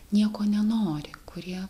nieko nenori kurie